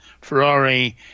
Ferrari